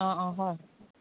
অঁ অঁ হয়